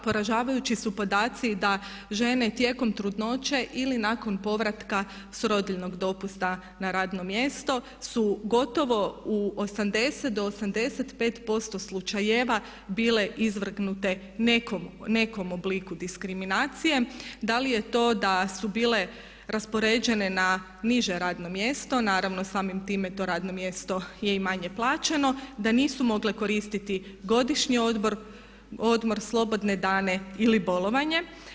Poražavajući su podaci da žene tijekom trudnoće ili nakon povratka s rodiljnog dopusta na radno mjesto su gotovo u 80 do 85% slučajeva bile izvrgnute nekom obliku diskriminacije, da li je to da su bile raspoređene na niže radno mjesto, naravno samim time to radno mjesto je i manje plaćeno, da nisu mogle koristiti godišnji odmor, slobodne dane ili bolovanje.